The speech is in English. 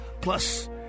Plus